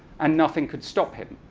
and nothing could stop him.